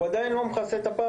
אבל זה עדיין לא מכסה את הפער,